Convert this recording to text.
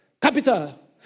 capital